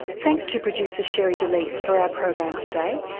thanks to producer sherre delys for our program today,